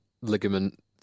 ligament